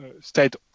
state